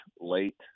late